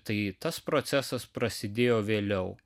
tai tas procesas prasidėjo vėliau